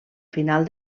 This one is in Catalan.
final